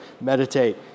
meditate